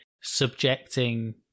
subjecting